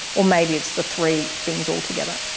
or maybe it's the three things all together.